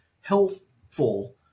healthful